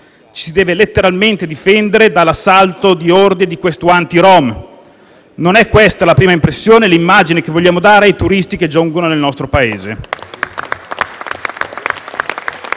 Ci si deve letteralmente difendere dall'assalto di orde di questuanti rom. Non è questa la prima impressione e l'immagine che vogliamo dare ai turisti che giungono nel nostro Paese.